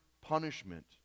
punishment